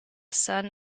son